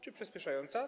Czy przyspieszająca?